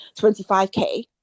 25K